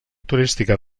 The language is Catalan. turística